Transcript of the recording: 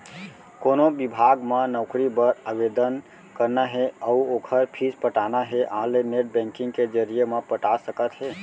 कोनो बिभाग म नउकरी बर आवेदन करना हे अउ ओखर फीस पटाना हे ऑनलाईन नेट बैंकिंग के जरिए म पटा सकत हे